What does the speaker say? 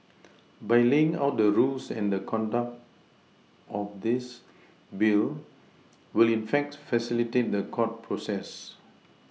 by laying out the rules and the conduct of this Bill will in fact facilitate the court process